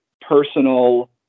personal